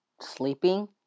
sleeping